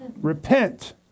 Repent